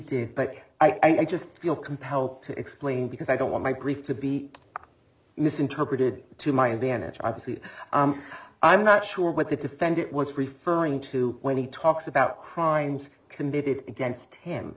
did but i just feel compelled to explain because i don't want my grief to be misinterpreted to my advantage obviously i'm not sure what the defend it was referring to when he talks about crimes committed against him